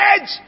edge